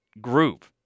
group